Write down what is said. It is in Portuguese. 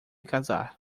casar